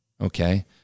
Okay